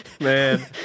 Man